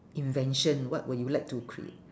invention what would you like to create